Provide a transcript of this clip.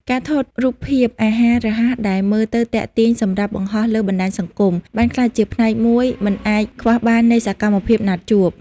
ការថតរូបភាពអាហាររហ័សដែលមើលទៅទាក់ទាញសម្រាប់បង្ហោះលើបណ្ដាញសង្គម បានក្លាយជាផ្នែកមួយមិនអាចខ្វះបាននៃសកម្មភាពណាត់ជួប។